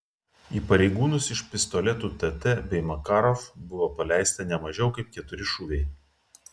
į pareigūnus iš pistoletų tt bei makarov buvo paleista ne mažiau kaip keturi šūviai